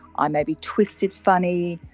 i maybe twisted funny,